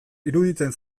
iruditzen